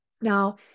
Now